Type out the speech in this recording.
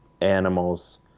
animals